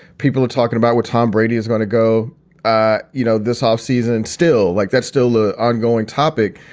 people are talking about what tom brady is going to go ah you know, this offseason and still like that's still a ongoing topic.